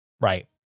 right